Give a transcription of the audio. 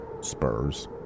Spurs